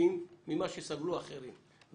טיפים ממה שסברו אחרים.